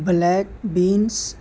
black beans